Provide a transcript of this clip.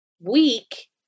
week